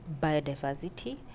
biodiversity